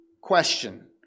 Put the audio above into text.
question